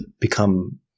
become